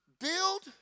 Build